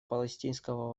палестинского